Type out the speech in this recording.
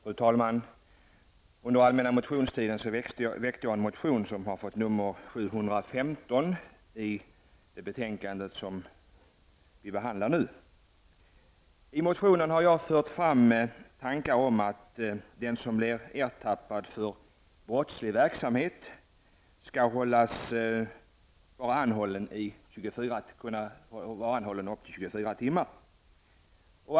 Fru talman! Under allmänna motionstiden väckte jag en motion som har fått nr 715 och som redovisas i det betänkande vi behandlar nu. I motionen har jag fört fram tankar om att den som blir ertappad med att syssla med brottslig verksamhet skall kunna vara anhållen upp till 24 timmar.